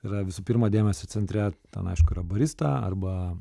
yra visų pirma dėmesio centre ten aišku yra barista arba